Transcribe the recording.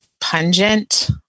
pungent